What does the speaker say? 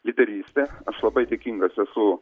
lyderystė aš labai dėkingas esu